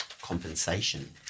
compensation